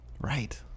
Right